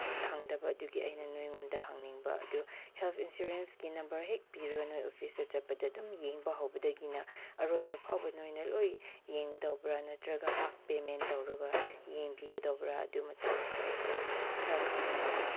ꯈꯪꯗꯕ ꯑꯗꯨꯒꯤ ꯑꯩꯅ ꯅꯣꯏꯉꯣꯟꯗ ꯍꯪꯅꯤꯡꯕ ꯑꯗꯨ ꯍꯦꯜꯠ ꯏꯟꯁꯨꯔꯦꯟꯁꯀꯤ ꯅꯝꯕꯔ ꯍꯦꯛ ꯄꯤꯔꯒꯅ ꯅꯣꯏ ꯑꯣꯐꯤꯁꯇ ꯆꯠꯄꯗ ꯑꯗꯨꯝ ꯌꯦꯡꯕ ꯍꯧꯕꯗꯒꯤꯅ ꯑꯔꯣꯏꯕ ꯐꯥꯎꯕ ꯅꯣꯏꯅ ꯂꯣꯏ ꯌꯦꯡꯒꯗꯧꯕ꯭ꯔꯥ ꯅꯠꯇ꯭ꯔꯒ ꯍꯥꯐ ꯄꯦꯃꯦꯟ ꯇꯧꯔꯒ ꯌꯦꯡꯕꯤꯒꯗꯧꯕ꯭ꯔꯥ ꯑꯗꯨ ꯃꯇꯥꯡꯒꯤꯁꯨ ꯑꯩꯁꯦ ꯈꯔ ꯈꯪꯅꯤꯡꯕ